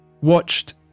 watched